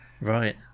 Right